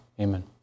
Amen